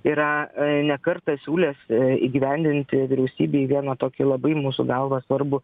yra ne kartą siūlęs įgyvendinti vyriausybei vieną tokį labai mūsų galva svarbų